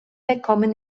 bekommen